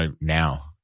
now